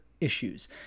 issues